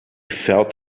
felt